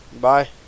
Bye